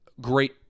great